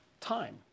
time